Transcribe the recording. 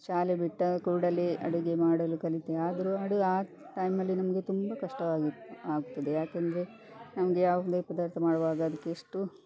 ಶಾಲೆ ಬಿಟ್ಟ ಕೂಡಲೇ ಅಡುಗೆ ಮಾಡಲು ಕಲಿತೆ ಆದರೂ ಅಡು ಆ ಟೈಮ್ ಅಲ್ಲಿ ನಮಗೆ ತುಂಬ ಕಷ್ಟವಾಗಿತ್ತು ಆಗ್ತದೆ ಯಾಕಂದರೆ ನಮಗೆ ಯಾವುದೇ ಪದಾರ್ಥ ಮಾಡುವಾಗ ಅದಕ್ಕೆ ಎಷ್ಟು